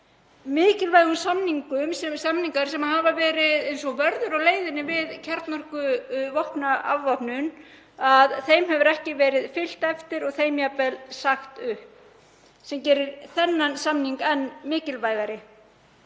mikilvægum samningum, sem hafa verið eins og vörður á leiðinni við kjarnorkuafvopnun, hefur ekki verið fylgt eftir og þeim jafnvel verið sagt upp, sem gerir þennan samning enn mikilvægari.